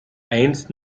eins